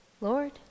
Lord